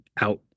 out